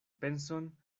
penson